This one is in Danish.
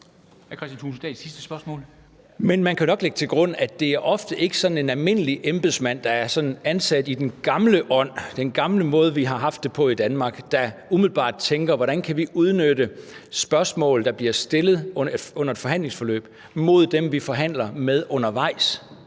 Men man kan nok lægge til grund, at det ofte ikke er sådan en almindelig embedsmand, der er ansat i den gamle ånd – den gamle måde, vi har haft det på i Danmark – som umiddelbart tænker: Hvordan kan vi udnytte spørgsmål, der bliver stillet under et forhandlingsforløb, mod dem, vi forhandler med, undervejs?